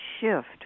shift